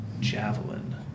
javelin